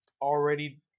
already